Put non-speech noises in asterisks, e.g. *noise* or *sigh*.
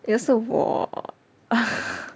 有是我 *noise*